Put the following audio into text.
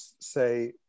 say